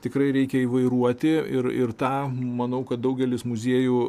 tikrai reikia įvairuoti ir ir tą manau kad daugelis muziejų